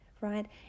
right